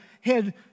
head